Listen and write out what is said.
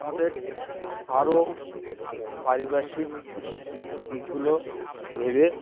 আমাদের আরও পারিপার্শ্বিক দিকগুলো ভেবে